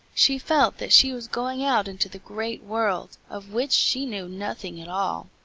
she felt that she was going out into the great world, of which she knew nothing at all.